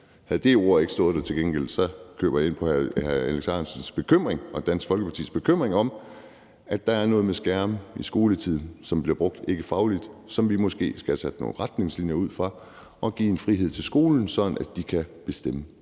til gengæld ikke stået der, ville jeg købe ind på hr. Alex Ahrendtsen og Dansk Folkepartis bekymring om, at der er noget med skærme i skoletiden, som bliver brugt ikkefagligt, som vi måske skal have sat nogle retningslinjer for, og noget med at give en frihed til skolen, sådan at de kan bestemme